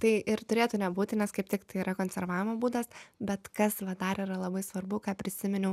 tai ir turėtų nebūti nes kaip tik tai yra konservavimo būdas bet kas va dar yra labai svarbu ką prisiminiau